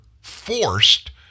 forced